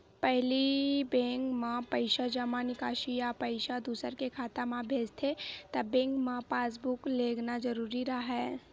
पहिली बेंक म पइसा जमा, निकासी या पइसा दूसर के खाता म भेजथे त बेंक म पासबूक लेगना जरूरी राहय